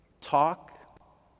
talk